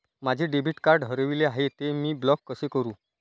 माझे debit card हरविले आहे, ते मी ब्लॉक कसे करु?